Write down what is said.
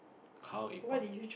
how important